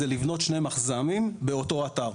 היא לבנות שני מחז"מים באותו אתר.